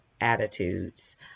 attitudes